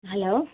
hello